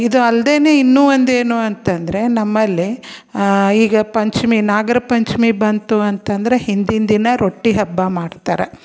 ಇದು ಅಲ್ಲದೇ ಇನ್ನೂ ಒಂದೇನು ಅಂತ ಅಂದ್ರೆ ನಮ್ಮಲ್ಲಿ ಈಗ ಪಂಚಮಿ ನಾಗರ ಪಂಚಮಿ ಬಂತು ಅಂತ ಅಂದ್ರೆ ಹಿಂದಿನ ದಿನ ರೊಟ್ಟಿ ಹಬ್ಬ ಮಾಡ್ತಾರೆ